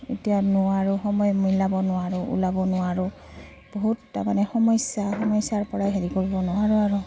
এতিয়া নোৱাৰোঁ সময় মিলাব নোৱাৰোঁ ওলাব নোৱাৰোঁ বহুত তাৰমানে সমস্যা সমস্যাৰপৰাই হেৰি কৰিব নোৱাৰোঁ আৰু